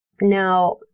Now